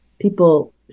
people